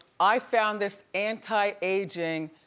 i found this anti-aging,